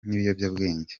n’ibiyobyabwenge